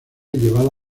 llevado